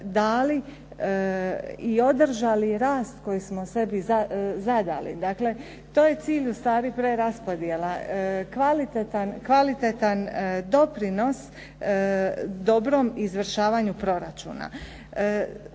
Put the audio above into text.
i održali rast koji smo sebi zadali? Dakle, to je cilj ustvari preraspodjela, kvalitetan doprinos dobrom izvršavanju proračuna.